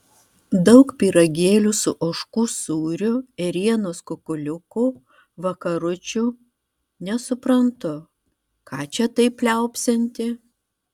daug pyragėlių su ožkų sūriu ėrienos kukuliukų vakaručių nesuprantu ką čia taip liaupsinti